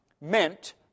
meant